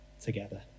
together